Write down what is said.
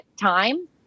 time